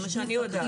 לפי מה שאני יודעת.